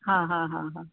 हा हा हा हा